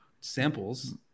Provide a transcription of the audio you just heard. samples